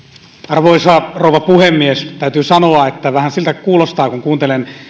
arvoisa rouva puhemies täytyy sanoa että vähän siltä kuulostaa kun kuuntelin